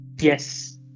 Yes